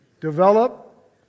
Develop